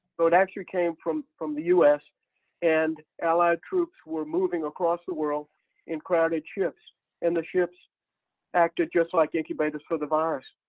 but it actually came from from the us and allied troops were moving across the world in crowded ships and the ships acted just like incubators for the virus.